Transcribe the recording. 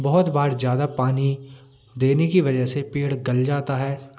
बहुत बार ज़्यादा पानी देने की वजह से पेड़ गल जाता है